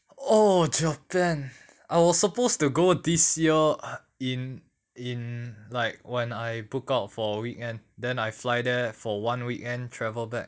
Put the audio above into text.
oh japan I was supposed to go this year in in like when I book out for weekend then I fly there for one weekend travel back